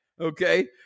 Okay